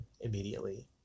immediately